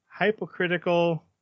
hypocritical